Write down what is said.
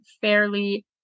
fairly